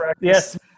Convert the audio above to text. yes